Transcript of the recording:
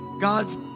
God's